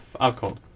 alcohol